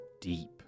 deep